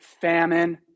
famine